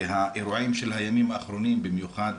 והאירועים של הימים האחרונים במיוחד